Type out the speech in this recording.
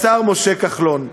לשר משה כחלון.